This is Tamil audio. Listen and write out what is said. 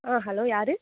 ஓ ஹலோ யாரு